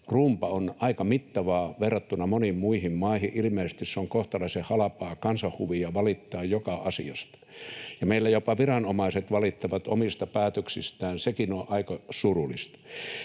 on aika mittavaa verrattuna moniin muihin maihin. Ilmeisesti on kohtalaisen halpaa kansanhuvia valittaa joka asiasta, ja meillä jopa viranomaiset valittavat omista päätöksistään, mikä sekin on aika surullista.